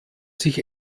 sich